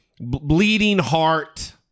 bleeding-heart